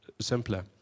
simpler